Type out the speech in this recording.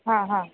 हां हां